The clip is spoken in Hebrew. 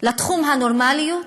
לתחום הנורמליות?